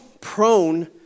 prone